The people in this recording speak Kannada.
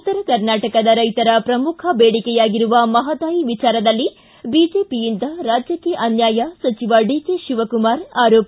ಉತ್ತರ ಕರ್ನಾಟಕದ ರೈತರ ಪ್ರಮುಖ ದೇಡಿಕೆಯಾಗಿರುವ ಮಹಾದಾಯಿ ವಿಚಾರದಲ್ಲಿ ಬಿಜೆಪಿಯಿಂದ ರಾಜ್ಯಕ್ಷೆ ಅನ್ಲಾಯ ಸಚಿವ ಡಿಕೆ ಶಿವಕುಮಾರ್ ಆರೋಪ